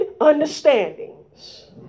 understandings